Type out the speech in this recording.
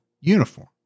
uniform